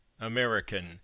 American